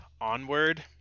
Onward